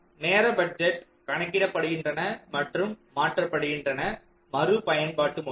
இங்கு நேர பட்ஜெட் கணக்கிடப்படுகின்றன மற்றும் மாற்றப்படுகின்றன மறு பயன்பாடு முறையில்